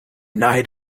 night